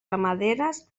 ramaderes